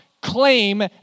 claim